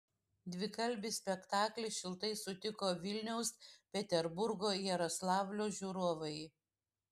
dvikalbį spektaklį šiltai sutiko vilniaus peterburgo jaroslavlio žiūrovai